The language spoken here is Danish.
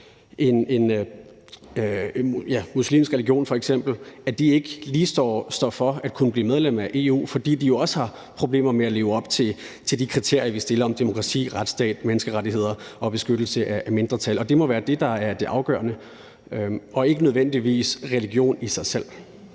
en muslimsk religion, ikke står lige for at kunne blive medlem af EU, fordi de også har problemer med at leve op til de kriterier, vi har om demokrati, retsstat, menneskerettigheder og beskyttelse af mindretal. Og det må være det, der er det afgørende, og ikke nødvendigvis religionen i sig selv.